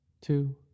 two